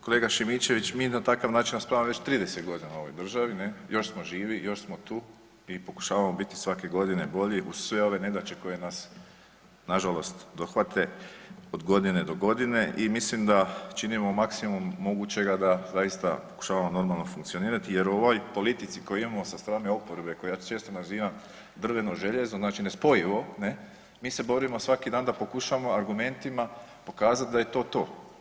Kolega Šimičević, mi na takav način raspravljamo već 30 g. u ovoj državi, ne, još smo živi, još smo tu i pokušavamo biti svake godine bolji, uz sve ove nedaće koje nas nažalost dohvate od godine do godine i mislim da činimo maksimum mogućega da zaista pokušavamo normalno funkcionirati jer u ovoj politici koju imamo sa strane oporbe koja često nazivam drveno željezo, znači nespojivo, ne, mi se borimo svaki dan da pokušamo argumentima pokazati da je to to.